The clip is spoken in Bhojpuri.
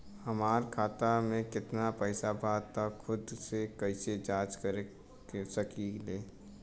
हमार खाता में केतना पइसा बा त खुद से कइसे जाँच कर सकी ले?